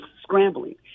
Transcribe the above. scrambling